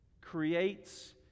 creates